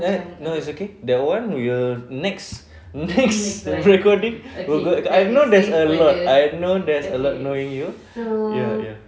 no it's okay that [one] we will next next recording we'll go I know there's a lot I know there's a lot knowing you ya ya